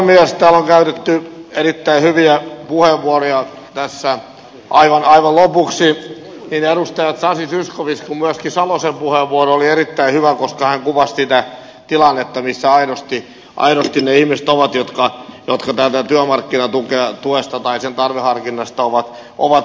täällä on käytetty erittäin hyviä puheenvuoroja tässä aivan lopuksi niin edustaja sasin edustaja zyskowiczin kuin myöskin edustaja salosen puheenvuoro oli erittäin hyvä koska hän kuvasi sitä tilannetta missä aidosti ne ihmiset ovat jotka joko tämä työ vaikeutuu ja työmarkkinatuesta tai sen tarveharkinnasta ovat riippuvaisia